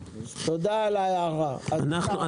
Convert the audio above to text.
תודה על ההערה, אתה צודק.